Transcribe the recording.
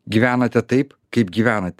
gyvenate taip kaip gyvenat